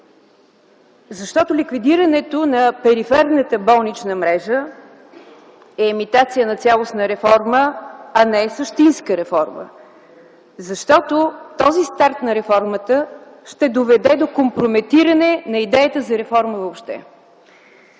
Защото ликвидирането на периферната болнична мрежа е имитация на цялостна реформа, а не същинска реформа. Защото този старт на реформата ще доведе до компрометиране на идеите за реформа въобще.